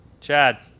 Chad